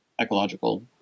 ecological